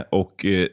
och